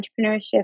entrepreneurship